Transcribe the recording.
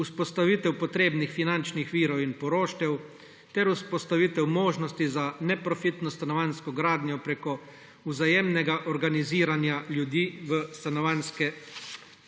vzpostavitev potrebnih finančnih virov in poroštev ter vzpostavitev možnosti za neprofitno stanovanjsko gradnjo preko vzajemnega organiziranja ljudi v stanovanjske zadruge.